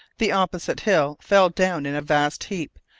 the opposite hill fell down in a vast heap,